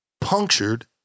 punctured